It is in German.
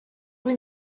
sie